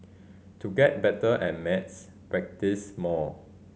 to get better at maths practise more